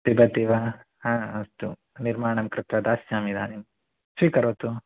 पिबति वा हा अस्तु निर्माणं कृत्वा दास्यामि इदानीं स्वीकरोतु